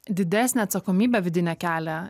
didesnę atsakomybę vidinę kelia